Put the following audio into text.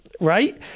Right